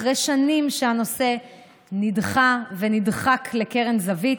אחרי שנים שהנושא נדחה ונדחק לקרן זווית,